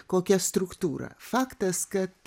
kokia struktūra faktas kad